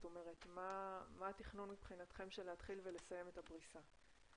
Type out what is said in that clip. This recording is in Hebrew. מה התכנון מבחינתכם של להתחיל ולסיים את הפריסה?